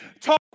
talk